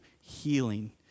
healing